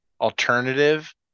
alternative